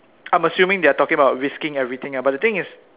I'm assuming they are talking about risking everything ah but the thing is